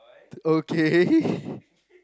okay